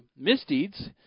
misdeeds